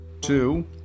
Two